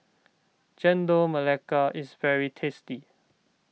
Chendol Melaka is very tasty